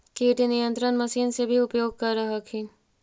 किट नियन्त्रण मशिन से भी उपयोग कर हखिन?